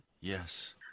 Yes